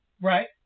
Right